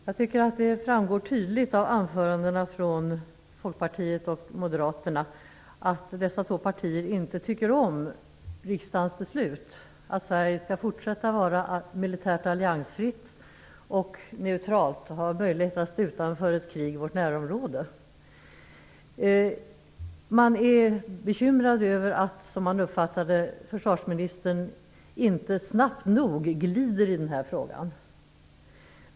Fru talman! Det framgår tydligt av anförandena från Folkpartiet och Moderaterna att dessa två partier inte tycker om riksdagens beslut att Sverige skall fortsätta att vara militärt alliansfritt och neutralt och ha möjlighet att stå utanför ett krig i vårt närområde. Som jag uppfattade det är man bekymrad över att försvarsministern inte snabbt nog glider i den här frågan.